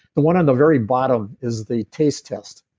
the one on the very bottom is the taste test,